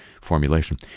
formulation